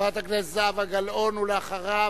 חברת הכנסת זהבה גלאון, ואחריה,